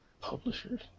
Publishers